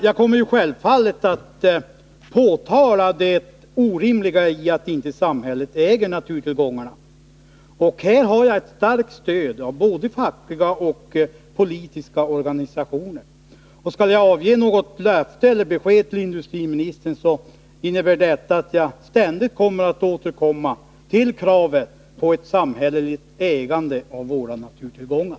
Jag kommer självfallet att påtala det orimliga i att samhället inte äger naturtillgångarna. Därvid har jag starkt stöd av både fackliga och politiska organisationer. Skall jag ge något besked till industriministern, får detta bli att jag ständigt skall återkomma till kravet på ett samhälleligt ägande av våra naturtillgångar.